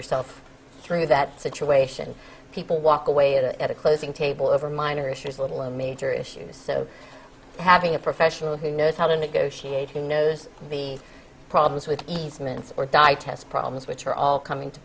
yourself through that situation people walk away at a closing table over minor issues little and major issues so having a professional who knows how to negotiate who knows the problems with easements or die test problems which are all coming to